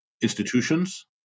institutions